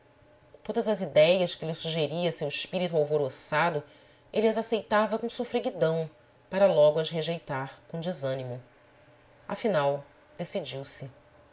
todas as idéias que lhe sugeria seu espírito alvoroçado ele as aceitava com sofreguidão para logo as rejeitar com desânimo afinal decidiu-se